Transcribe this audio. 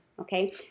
okay